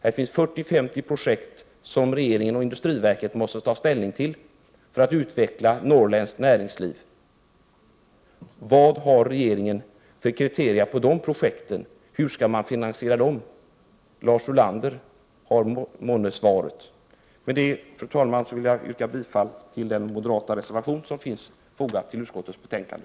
Det finns 40—50 projekt som regeringen och industriverket måste ta ställning till för att utveckla norrländskt näringsliv. Vad har regeringen för kriterier på de projekten? Hur skall man finansiera dem? Månne Lars Ulander har svaret? Med detta, fru talman, vill jag yrka bifall till den moderata reservation som finns fogad till utskottets betänkande.